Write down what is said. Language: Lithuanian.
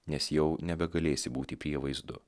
nes jau nebegalėsi būti prievaizdu